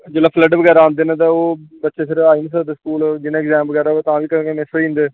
जेल्लै फ्लड बगैरा औंदे न ते ओह् बच्चे फिर आई नी सकदे स्कूल जि'यां इग्जाम बगैरा होऐ तां बी ओह्दे कन्नै गै मिस होई जंदे